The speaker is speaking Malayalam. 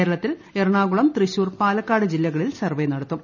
കേരളത്തിൽ എറണാകുളം തൃശൂർ പാലക്കാട് ജില്ലകളിൽ സർവ്വേ നടത്തും